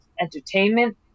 entertainment